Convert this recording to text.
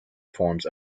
forms